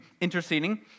interceding